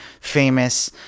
famous